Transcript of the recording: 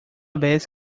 vez